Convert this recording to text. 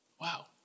Wow